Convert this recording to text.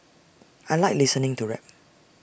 I Like listening to rap